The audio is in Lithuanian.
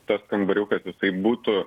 tas kambariukas jisai būtų